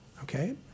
okay